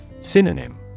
Synonym